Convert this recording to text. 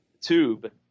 Tube